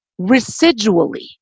residually